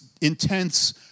intense